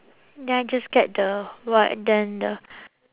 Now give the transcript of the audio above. then I just get the what then the